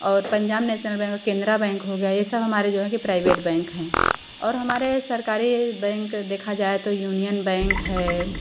और Punjab national bank Canara bank हो गया यह सब जो है कि हमारे प्राइवेट बैंक है और हमारे सरकारी बैंक देखा जाए तो यूनियन बैंक है